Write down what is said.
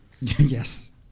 Yes